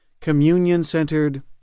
communion-centered